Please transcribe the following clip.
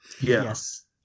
yes